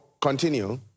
continue